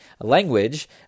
language